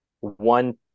one